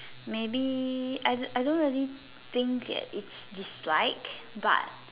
maybe I I don't know really think it's dislike but